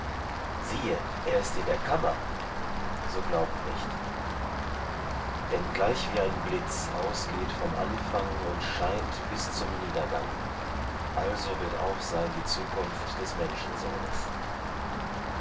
siehe er ist in der kammer so glaubt nicht denn gleichwie ein blitz ausgeht vom aufgang und scheint bis zum niedergang also wird auch sein die zukunft des menschensohnes